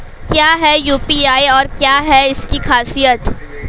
क्या है यू.पी.आई और क्या है इसकी खासियत?